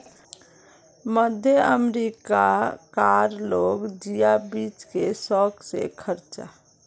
मध्य अमेरिका कार लोग जिया बीज के शौक से खार्चे